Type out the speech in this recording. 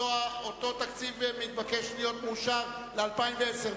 אותו תקציב מתבקש להיות מאושר ל-2010.